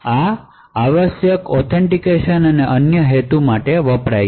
આ ઔથેંતિકેશન અને અન્ય હેતુઓ માટે વપરાય છે